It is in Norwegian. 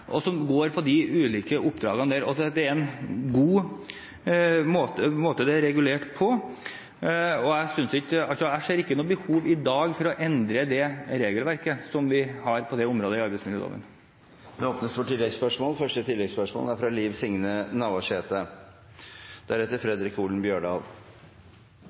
ulike oppdrag. Det er regulert på en god måte, og jeg ser ikke noe behov i dag for å endre regelverket vi har i arbeidsmiljøloven på det området.